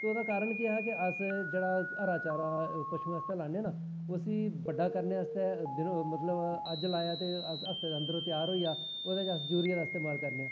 ते एह्दा कारन केह् ऐ कि जेह्ड़ा अस हरा चारा पशुएं आस्तै लान्ने आं ना उसी बड्डा करने आस्तै अज्ज लाया ते हफ्ते दे अन्दर बड्डा करने आस्ते अस यूरिया दा इस्तेमाल करने आं